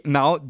now